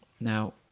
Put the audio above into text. Now